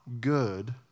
good